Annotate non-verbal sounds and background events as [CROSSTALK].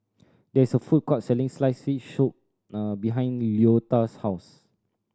there is a food court selling sliced fish soup [HESITATION] behind Leota's house